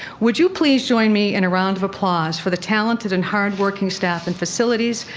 would you please join me in a round of applause for the talented and hard working staff in facilities,